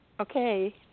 Okay